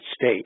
state